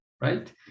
right